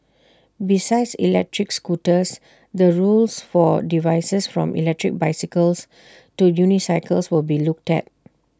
besides electric scooters the rules for devices from electric bicycles to unicycles will be looked at